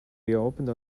reopened